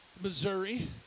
Missouri